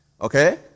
Okay